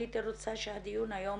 הייתי רוצה שהדיון היום